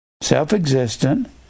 self-existent